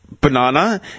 banana